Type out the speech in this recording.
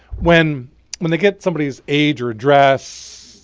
when when they get somebody's age or address,